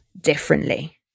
differently